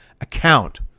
account